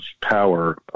power